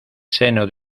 seno